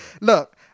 Look